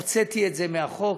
הוצאתי את זה מהחוק.